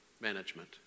management